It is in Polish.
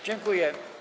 Dziękuję.